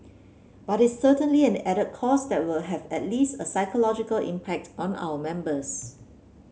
but it's certainly an added cost that will have at least a psychological impact on our members